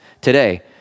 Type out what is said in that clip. today